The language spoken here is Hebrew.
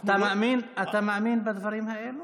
אתה מאמין בדברים האלו?